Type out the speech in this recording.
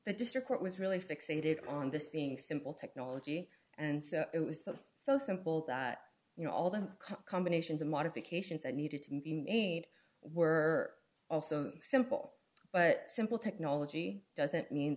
the district court was really fixated on this being simple technology and it was so simple that you know all the combinations of modifications i needed to be made were also simple but simple technology doesn't mean